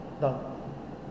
Done